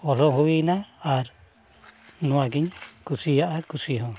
ᱚᱞᱫᱚ ᱦᱩᱭᱱᱟ ᱟᱨ ᱱᱚᱣᱟᱜᱤᱧ ᱠᱩᱥᱤᱭᱟᱜᱼᱟ ᱠᱩᱥᱤ ᱦᱚᱸ